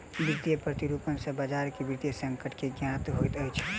वित्तीय प्रतिरूपण सॅ बजार के वित्तीय संकट के ज्ञात होइत अछि